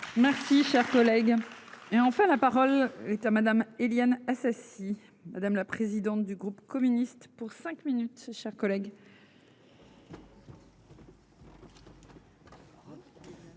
Merci cher collègue. Et enfin, la parole est à madame Éliane Assassi. Madame la présidente du groupe communiste pour cinq minutes, chers collègues.